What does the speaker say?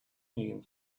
нэгэн